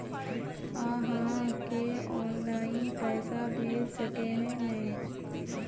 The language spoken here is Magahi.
आहाँ के ऑनलाइन पैसा भेज सके है नय?